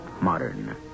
modern